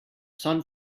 sun